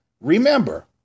Remember